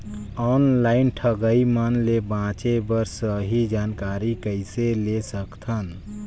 Online ठगईया मन ले बांचें बर सही जानकारी कइसे ले सकत हन?